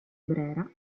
brera